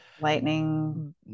lightning